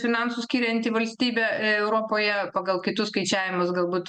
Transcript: finansų skirianti valstybė europoje pagal kitus skaičiavimus galbūt